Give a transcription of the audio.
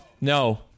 no